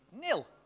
nil